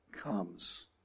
comes